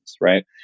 right